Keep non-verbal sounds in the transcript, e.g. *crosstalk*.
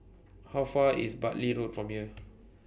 How Far IS Bartley Road from here *noise*